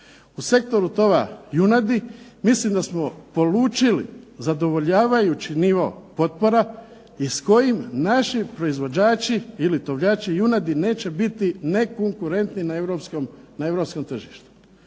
U sektoru tova junadi mislim da smo polučili zadovoljavajući nivo potpora, i s kojim naši proizvođači ili tovljači junadi neće biti nekonkurentni na europskom tržištu.